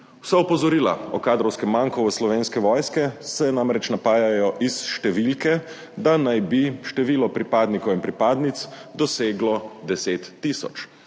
Vsa opozorila o kadrovskem manku Slovenske vojske se namreč napajajo iz številke, da naj bi število pripadnikov in pripadnic doseglo 10 tisoč,